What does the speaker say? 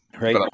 Right